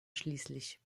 schließlich